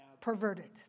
perverted